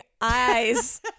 eyes